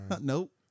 Nope